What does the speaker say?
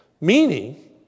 meaning